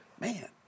man